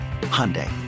Hyundai